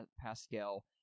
Pascal